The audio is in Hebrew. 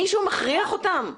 מישהו מכריח אותם?